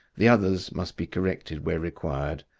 the others must be corrected where required,